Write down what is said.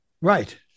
Right